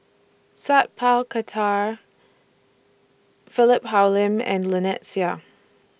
Sat Pal Khattar Philip Hoalim and Lynnette Seah